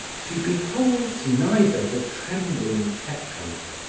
she beholds neither the trembling tetrarch,